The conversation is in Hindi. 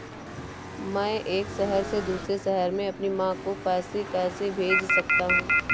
मैं एक शहर से दूसरे शहर में अपनी माँ को पैसे कैसे भेज सकता हूँ?